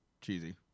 cheesy